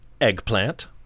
Eggplant